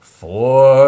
four